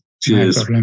cheers